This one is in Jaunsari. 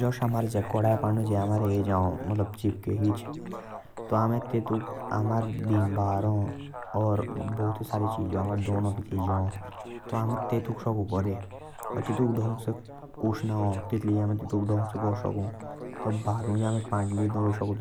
जस हमारे कड़या पंड जाओ चिपके किच। तो अमारे तेतूक रिनबार हा। कुष्णा हा जातुक अमे घास साकू। तब बातमुंजे अमे धोई साकू